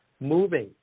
moving